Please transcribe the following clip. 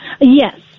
Yes